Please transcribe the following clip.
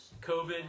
COVID